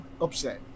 upset